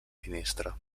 finestra